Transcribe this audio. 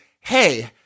hey